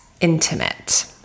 intimate